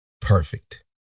perfect